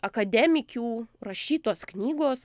akademikių rašytos knygos